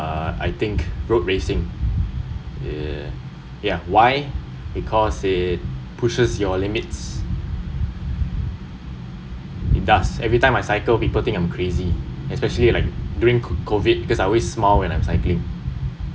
uh I think road racing uh ya why because it pushes your limits it does every time I cycle people think I'm crazy especially like during COVID because I'm always smile when I cycling